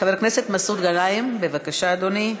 חבר הכנסת מסעוד גנאים, בבקשה, אדוני.